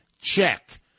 check